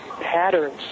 patterns